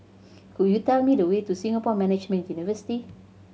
could you tell me the way to Singapore Management University